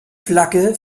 flagge